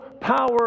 power